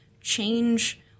change